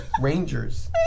rangers